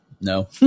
no